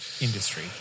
industry